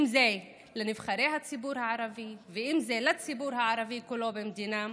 אם זה לנבחרי הציבור הערבי ואם זה לציבור הערבי כולו במדינה,